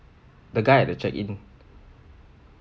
the guy at the check-in